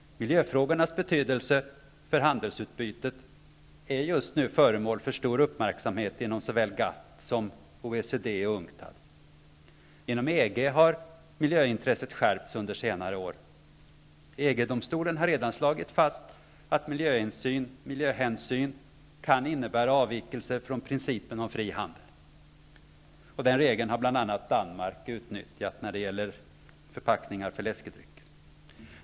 Miljöfrågornas betydelse för handelsutbytet är just nu föremål för stor uppmärksamhet inom såväl GATT som OECD och UNCTAD. Inom EG har miljöintresset skärpts under senare år. EG domstolen har redan slagit fast att miljöhänsyn kan innebära avvikelser från principen om fri handel. Denna regel har bl.a. Danmark utnyttjat när det gäller förpackningar för läskedrycker.